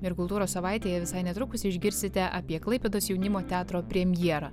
ir kultūros savaitėje visai netrukus išgirsite apie klaipėdos jaunimo teatro premjerą